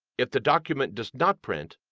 if the document does not print,